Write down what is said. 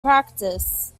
practice